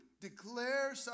declare